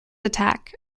attack